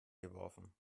geworfen